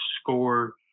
score